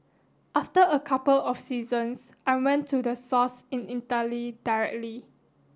after a couple of seasons I went to the source in Italy directly